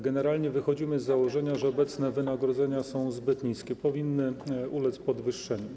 Generalnie wychodzimy z założenia, że obecne wynagrodzenia są zbyt niskie i powinny ulec podwyższeniu.